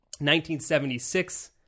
1976